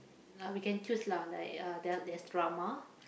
we can choose lah like uh there there's drama